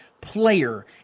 player